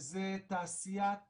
וזה תעשיית